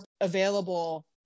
available